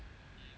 mm